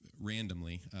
randomly